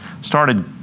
Started